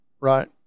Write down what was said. right